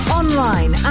online